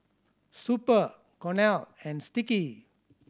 Super Cornell and Sticky